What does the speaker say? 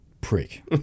prick